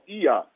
ia